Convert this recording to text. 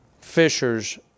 fishers